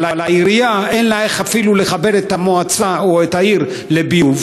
אבל לעירייה אין איך אפילו לחבר את המועצה או את העיר לביוב,